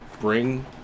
bring